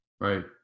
Right